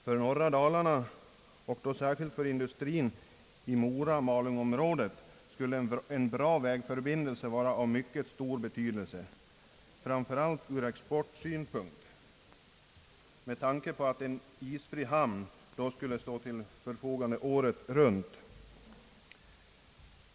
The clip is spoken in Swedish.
För norra Dalarna, framför allt för industrin i Mora-Malungsområdet, skulle en bra vägförbindelse vara av mycket stor betydelse, framför allt ur exportsynpunkt med tanke på att en isfri hamn då skulle stå till förfogande året runt.